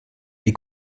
die